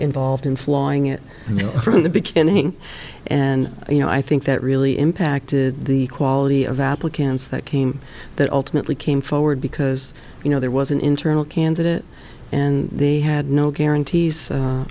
involved in flying it you know from the beginning and you know i think that really impacted the quality of applicants that came that ultimately came forward because you know there was an internal candidate and they had no guarantees